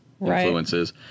influences